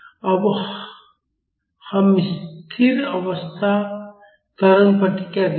अब हम स्थिर अवस्था त्वरण प्रतिक्रिया देखते हैं